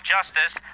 Justice